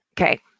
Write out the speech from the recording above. Okay